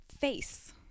face